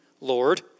Lord